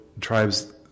tribes